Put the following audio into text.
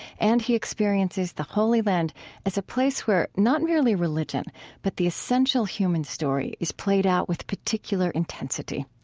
and he experiences the holy land as a place where not merely religion but the essential human story is played out with particular intensity.